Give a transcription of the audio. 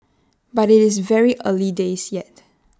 but IT is very early days yet